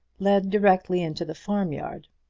led directly into the farmyard.